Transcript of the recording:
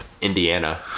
Indiana